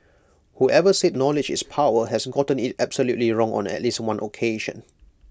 whoever said knowledge is power has gotten IT absolutely wrong on at least one occasion